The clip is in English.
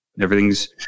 everything's